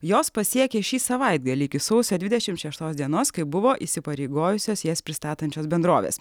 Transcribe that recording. jos pasiekė šį savaitgalį iki sausio dvidešimt šeštos dienos kaip buvo įsipareigojusios jas pristatančios bendrovės